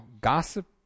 gossip